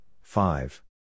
five